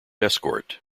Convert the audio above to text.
escort